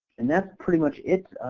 and that's pretty much it